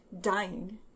dying